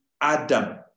Adam